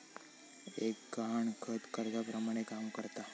एक गहाणखत कर्जाप्रमाणे काम करता